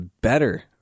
better